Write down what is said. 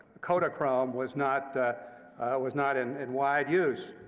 kodachrome was not was not in and wide use.